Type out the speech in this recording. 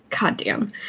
Goddamn